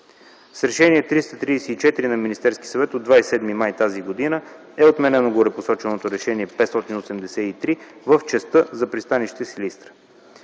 С Решение № 334 на Министерския съвет от 27 май т.г. е отменено горепосоченото Решение № 583 в частта за пристанище Силистра.